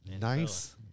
Nice